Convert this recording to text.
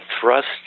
thrust